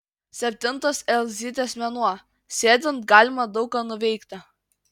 septintas elzytės mėnuo sėdint galima daug ką nuveikti